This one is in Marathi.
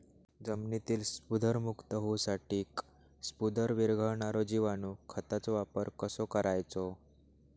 जमिनीतील स्फुदरमुक्त होऊसाठीक स्फुदर वीरघळनारो जिवाणू खताचो वापर कसो करायचो?